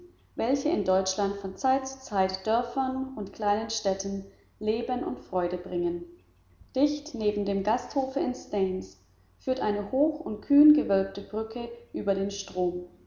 welche in deutschland von zeit zu zeit dörfern und kleine städten leben und freude bringen dicht neben dem gasthofe in staines führt eine hoch und kühn gewölbte brücke über den strom